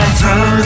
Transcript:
throw